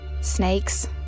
snakes